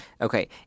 Okay